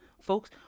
Folks